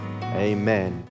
amen